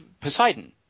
Poseidon